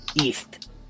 east